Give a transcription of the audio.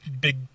big